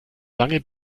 lange